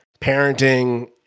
parenting